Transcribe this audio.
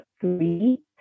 three